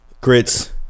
grits